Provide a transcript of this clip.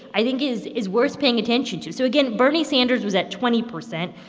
i think, is is worth paying attention to. so, again, bernie sanders was at twenty percent.